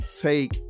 take